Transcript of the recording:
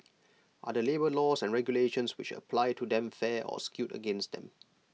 are the labour laws and regulations which apply to them fair or skewed against them